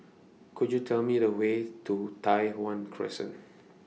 Could YOU Tell Me The Way to Tai Hwan Crescent